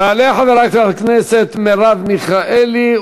תעלה חברת הכנסת מרב מיכאלי,